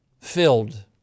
filled